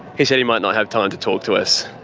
he said he might not have time to talk to us.